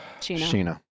Sheena